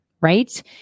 Right